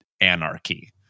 anarchy